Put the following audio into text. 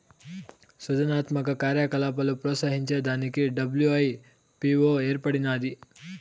సృజనాత్మక కార్యకలాపాలు ప్రోత్సహించే దానికి డబ్ల్యూ.ఐ.పీ.వో ఏర్పడినాది